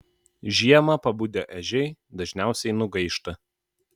žiemą pabudę ežiai dažniausiai nugaišta